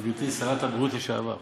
גברתי שרת הבריאות לשעבר,